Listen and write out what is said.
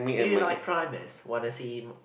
do you like primates wanna see